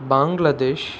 Bangladesh